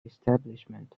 establishment